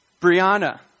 Brianna